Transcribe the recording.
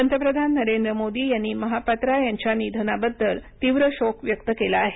पंतप्रधान नरेंद्र मोदी यांनी महापात्रा यांच्या निधना बद्दल तीव्र शोक व्यक्त केला आहे